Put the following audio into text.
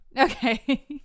Okay